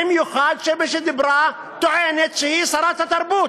במיוחד כשמי שדיברה טוענת שהיא שרת התרבות.